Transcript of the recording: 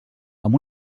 amb